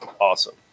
awesome